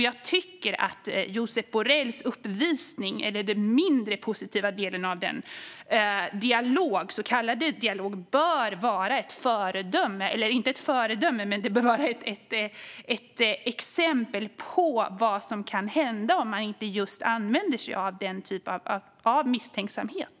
Jag tycker att den mindre positiva delen av den så kallade dialogen Josep Borrell hade borde tas som exempel på vad som kan hända om man inte använder sig av den typen av misstänksamhet.